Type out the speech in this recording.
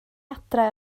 adre